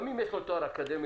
גם אם יש לו תואר אקדמי,